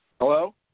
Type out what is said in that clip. Hello